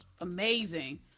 amazing